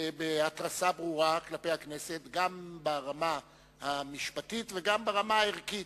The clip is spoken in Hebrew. בהתרסה ברורה כלפי הכנסת גם ברמה המשפטית וגם ברמה הערכית.